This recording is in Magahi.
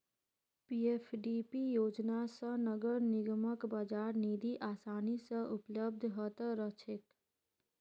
पीएफडीपी योजना स नगर निगमक बाजार निधि आसानी स उपलब्ध ह त रह छेक